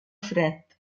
fred